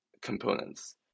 components